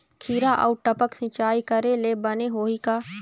खिरा बर टपक सिचाई करे ले बने होही का?